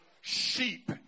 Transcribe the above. sheep